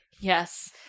yes